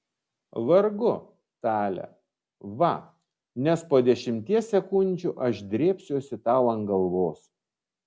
vargu tale va nes po dešimties sekundžių aš drėbsiuosi tau ant galvos